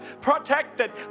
protected